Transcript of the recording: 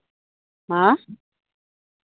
ᱦᱮᱸ